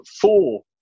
four